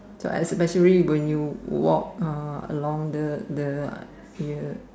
so especially when you walk uh along the the area